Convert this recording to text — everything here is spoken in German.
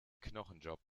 knochenjob